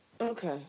Okay